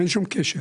אין שום קשר.